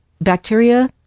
bacteria